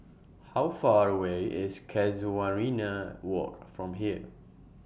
How Far away IS Casuarina Walk from here